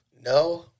No